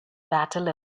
battle